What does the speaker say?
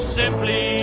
simply